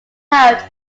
out